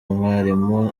umwarimu